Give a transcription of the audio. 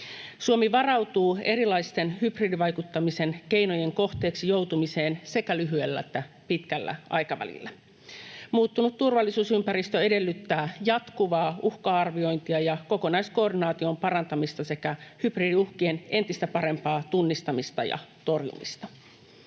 Suomi varautuu erilaisten hybridivaikuttamisen keinojen kohteeksi joutumiseen sekä lyhyellä että pitkällä aikavälillä. Muuttunut turvallisuusympäristö edellyttää jatkuvaa uhka-arviointia ja kokonaiskoordinaation parantamista sekä hybridiuhkien entistä parempaa tunnistamista ja torjumista.